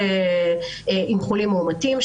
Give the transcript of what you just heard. עם חולים מאומתים,